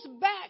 back